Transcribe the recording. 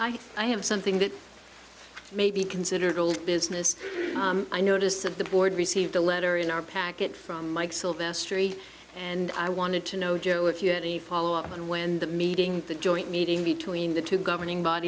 evening i have something that may be considered old business i notice of the board received a letter in our packet from mike sylvestris and i wanted to know joe if you any follow up on when that meeting that joint meeting between the two governing